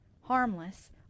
harmless